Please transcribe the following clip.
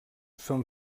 són